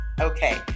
Okay